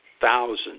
thousands